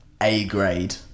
A-grade